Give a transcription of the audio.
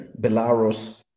Belarus